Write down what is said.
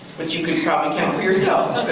which you could probably count for yourself,